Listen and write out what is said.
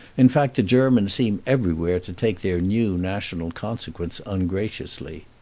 in fact, the germans seem everywhere to take their new national consequence ungraciously.